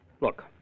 Look